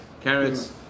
Carrots